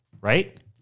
right